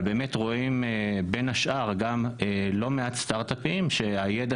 אבל באמת רואים בין השאר גם לא מעט סטארט-אפים שהידע